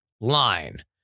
line